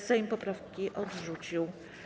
Sejm poprawki odrzucił.